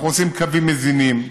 אנחנו עושים קווים מזינים,